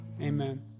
amen